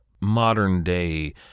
modern-day